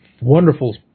Wonderful